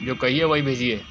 जो कहिए वही भेजिए